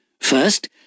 First